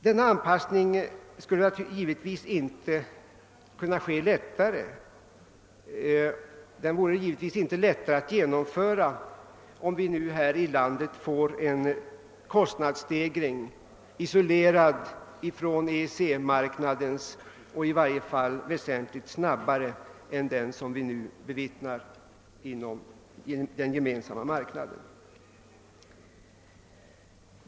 Denna anpassning är givetvis inte lättare att genomföra om vi nu får en kostnadsstegring här i landet, isolerad från och i varje fall snabbare än motsvarande inom Gemensamma marknaden.